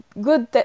good